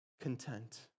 content